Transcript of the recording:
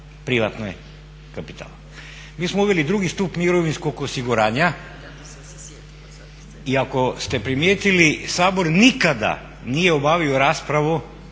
privatni kapital. Mi smo uveli drugi stup mirovinskog osiguranja i ako ste primijetili Sabor nikada nije obavio raspravu